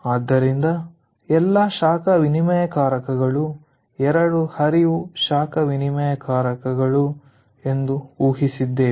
ಆದ್ದರಿಂದ ಎಲ್ಲಾ ಶಾಖ ವಿನಿಮಯಕಾರಕಗಳು 2 ಹರಿವು ಶಾಖ ವಿನಿಮಯಕಾರಕಗಳು ಎಂದು ಊಹಿಸಿದ್ದೇವೆ